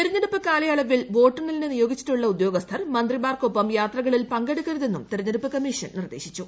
തെരഞ്ഞെടുപ്പ് കാലയളവിൽ വോട്ടെണ്ണലിന് നിയോഗിച്ചിട്ടുള്ള ഉദ്യോഗസ്ഥർ മന്ത്രിമാർക്കൊപ്പം യാത്രകളിൽ പങ്കെടുക്കരുതെന്നും തെരഞ്ഞെടുപ്പ് കമ്മീഷൻ നിർദ്ദേശിച്ചു